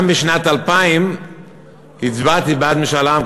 גם בשנת 2000 הצבעתי בעד משאל עם,